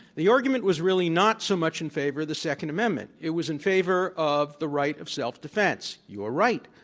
the argument was really not so much in favor of the second amendment. it was in favor of the right of self-defense. you ah areright.